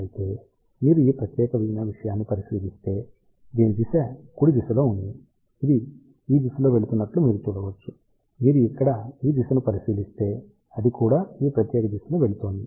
అయితే మీరు ఈ ప్రత్యేకమైన విషయాన్ని పరిశీలిస్తే దీని దిశ కుడి దిశలో ఉంది ఇది ఈ దిశలో వెళుతున్నట్లు మీరు చూడవచ్చు మీరు ఇక్కడ ఈ దిశను పరిశీలిస్తే అది కూడా ఈ ప్రత్యేక దిశలో వెళుతోంది